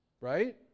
Right